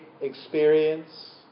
experience